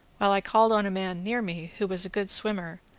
while i called on a man near me who was a good swimmer,